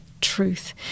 truth